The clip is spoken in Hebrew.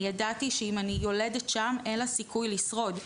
אני ידעתי שאם אני יולדת שם, אין לה סיכוי לשרוד.